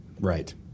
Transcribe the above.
Right